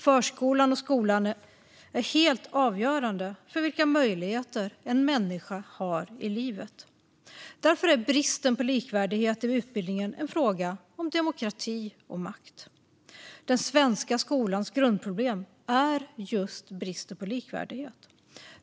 Förskolan och skolan är helt avgörande för vilka möjligheter en människa har i livet. Därför är bristen på likvärdighet i utbildningen en fråga om demokrati och makt. Den svenska skolans grundproblem är just bristen på likvärdighet.